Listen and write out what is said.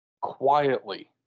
quietly